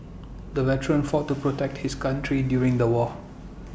the veteran fought to protect his country during the war